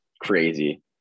crazy